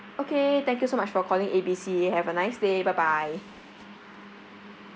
okay thank you so much for calling A B C have a nice day bye bye